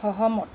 সহমত